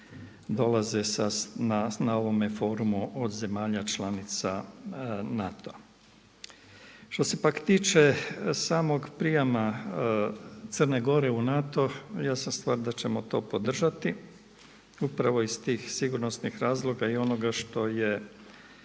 dolaze na ovome forumu od zemalja članica NATO-a. Što se pak tiče samog prijama Crne Gore u NATO jasna stvar da ćemo to podržati upravo iz tih sigurnosnih razloga i onoga što je